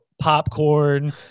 popcorn